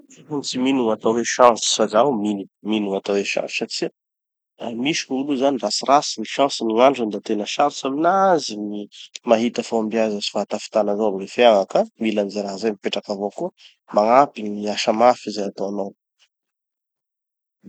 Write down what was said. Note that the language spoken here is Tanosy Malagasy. Maro gny tsy mino gn'atao hoe chance fa zaho mino, mino gn'atao hoe chance satria ah misy gn'olo ratsiratsy gny chance-ny, gn'androny da tena sarotsy aminazy gny mahita fahombiaza sy fahatafitana zao amy gny fiaigna ka mila any ze raha zay mipetraky avao koa, magnampy gny asa mafy zay ataonao.